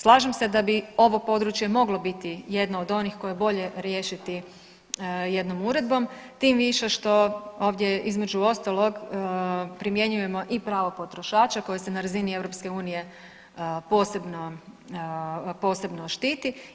Slažem se da bi ovo područje moglo biti jedno od onih koje je bolje riješiti jednom uredbom, tim više što ovdje između ostalog primjenjujemo i pravo potrošača koje se na razini EU posebno, posebno štiti.